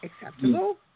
acceptable